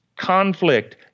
conflict